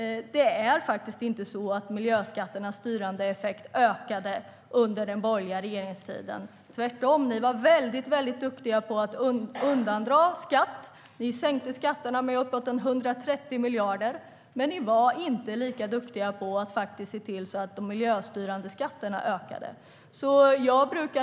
Det är inte så att miljöskatternas styrande effekt ökade under den borgerliga regeringstiden. Ni var tvärtom väldigt duktiga på att undandra skatt. Ni sänkte skatterna med uppåt 130 miljarder. Men ni var inte lika duktiga på att se till att de miljöstyrande skatterna ökade.